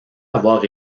avoir